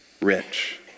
rich